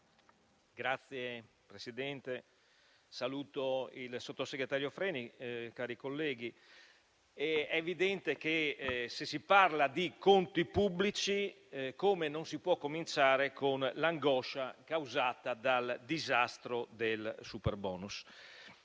Presidente, saluto il sottosegretario Freni. Cari colleghi, se si parla di conti pubblici, come non si può cominciare con l'angoscia causata dal disastro del superbonus?